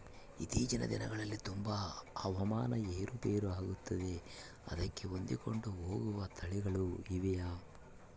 ಇತ್ತೇಚಿನ ದಿನಗಳಲ್ಲಿ ತುಂಬಾ ಹವಾಮಾನ ಏರು ಪೇರು ಆಗುತ್ತಿದೆ ಅದಕ್ಕೆ ಹೊಂದಿಕೊಂಡು ಹೋಗುವ ತಳಿಗಳು ಇವೆಯಾ?